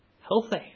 healthy